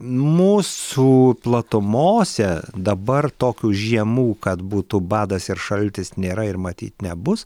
mūsų platumose dabar tokių žiemų kad būtų badas ir šaltis nėra ir matyt nebus